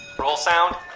roll sound